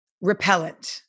repellent